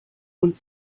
und